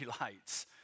lights